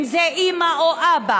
אם זה אימא או אבא,